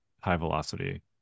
high-velocity